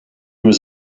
was